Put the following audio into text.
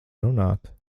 runāt